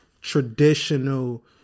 traditional